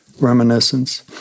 Reminiscence